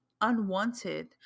unwanted